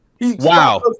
Wow